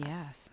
Yes